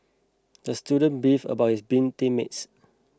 the student beefed about his beam team mates